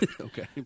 Okay